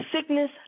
Sickness